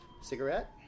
cigarette